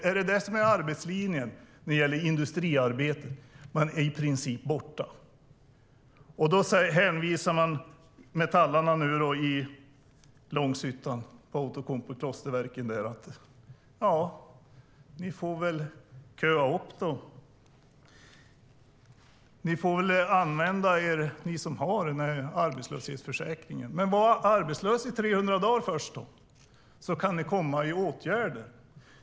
Är det arbetslinjen när det gäller industriarbeten, att de i princip är borta? Nu hänvisar man metallarna i Långshyttan på Outokumpu Klosterverken att ställa sig i kö. De som har en arbetslöshetsförsäkring får väl använda den. Men var först arbetslös i 300 dagar, så kan ni komma i åtgärder!